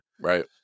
Right